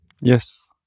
yes